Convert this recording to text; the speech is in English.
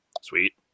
sweet